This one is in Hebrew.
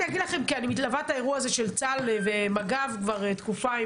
אני מלווה את האירוע הזה של צה"ל ומג"ב כבר תקופה,